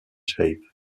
shape